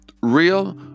real